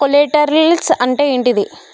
Collaterals అంటే ఏంటిది?